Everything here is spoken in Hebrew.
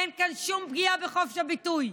אין כאן שום פגיעה בחופש הביטוי.